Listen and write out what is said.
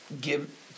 give